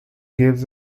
gives